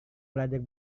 belajar